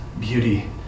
beauty